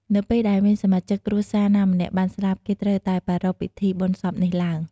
នៅពេលដែលមានសមាជិកគ្រួសារណាម្នាក់បានស្លាប់ គេត្រូវតែប្រារព្ធពិធីបុណ្យសពនេះឡើង។